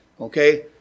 okay